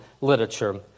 literature